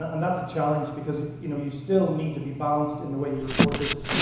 and that's a challenge because you know you still need to be balanced in the way you report this.